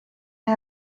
may